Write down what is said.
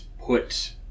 put